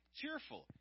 cheerful